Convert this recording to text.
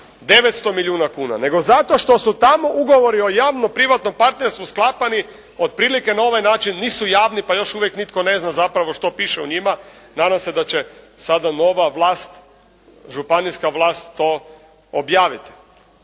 900 milijuna kuna, nego zato što su tamo ugovori o javnom privatnom partnerstvu sklapani otprilike na ovaj način, nisu javni pa još uvijek nitko ne zna zapravo što piše u njima, nadam se da će sada nova vlast, županijska vlast to objaviti.